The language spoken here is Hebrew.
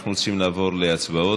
אנחנו רוצים לעבור להצבעות.